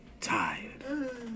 Tired